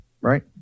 right